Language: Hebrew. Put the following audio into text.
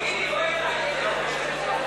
לדיון בוועדה שתקבע ועדת הכנסת נתקבלה.